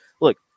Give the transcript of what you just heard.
look